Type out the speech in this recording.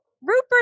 Rupert